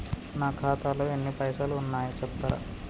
నా ఖాతాలో ఎన్ని పైసలు ఉన్నాయి చెప్తరా?